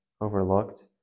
overlooked